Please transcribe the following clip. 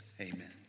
amen